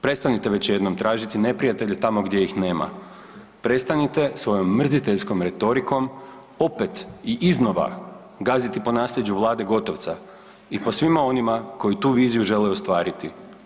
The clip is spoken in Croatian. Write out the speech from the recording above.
Prestanite već jednom tražiti neprijatelje tamo gdje ih nema, prestanite svojom mrziteljskom retorikom opet i iznova gaziti po nasljeđu Vlade Gotovca i po svima onima koji tu viziju žele ostvariti.